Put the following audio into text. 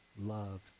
love